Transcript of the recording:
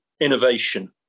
innovation